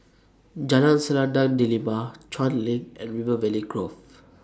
Jalan Selendang Delima Chuan LINK and River Valley Grove